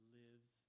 lives